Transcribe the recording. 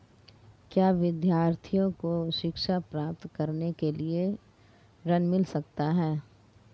क्या विद्यार्थी को शिक्षा प्राप्त करने के लिए ऋण मिल सकता है?